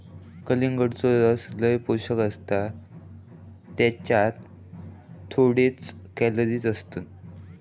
कलिंगडाचो रस लय पौंष्टिक असता त्येच्यात थोडेच कॅलरीज असतत